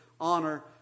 honor